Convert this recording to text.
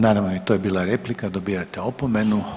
Naravno i to je bila replika, dobijate opomenu.